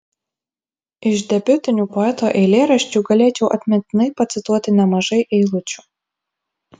iš debiutinių poeto eilėraščių galėčiau atmintinai pacituoti nemažai eilučių